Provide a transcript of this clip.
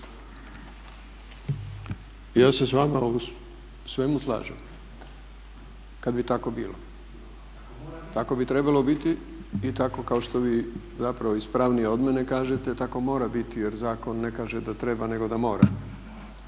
Ja se s vama u svemu slažem kad bi tako bilo. Tako bi trebalo biti i tako kao što vi zapravo ispravnije od mene kažete tako mora biti jer zakon ne kaže da treba nego da mora.